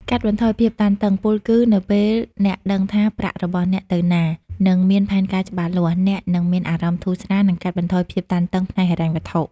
កាត់បន្ថយភាពតានតឹង ពោលគឺ នៅពេលអ្នកដឹងថាប្រាក់របស់អ្នកទៅណា និងមានផែនការច្បាស់លាស់ អ្នកនឹងមានអារម្មណ៍ធូរស្រាល និងកាត់បន្ថយភាពតានតឹងផ្នែកហិរញ្ញវត្ថុ។